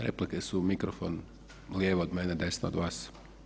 Replike su u mikrofon lijevo od mene, desno od vas.